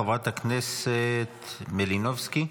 חברת הכנסת מלינובסקי,